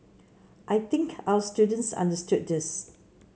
I think our students understood this